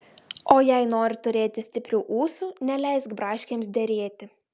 o jei nori turėti stiprių ūsų neleisk braškėms derėti